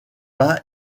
pas